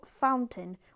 fountain